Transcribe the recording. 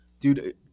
dude